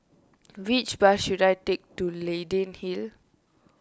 which bus should I take to Leyden Hill